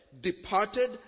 departed